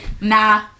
nah